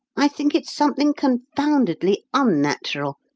i think it's something confoundedly unnatural,